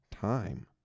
time